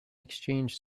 exchanged